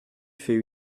fait